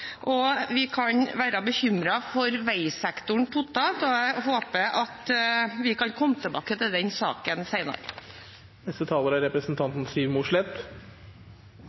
og vi kan være bekymret for veisektoren totalt. Jeg håper at vi kan komme tilbake til den saken senere. Det er